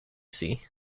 see